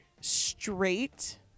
straight